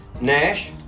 Nash